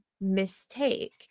mistake